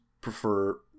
prefer